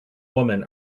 woman